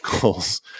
goals